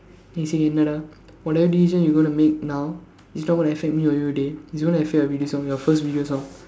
then he said என்னடா:ennadaa whatever decision you gonna make now it's not gonna affect me or you dey it's gonna affect your video song your first video song